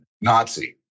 Nazi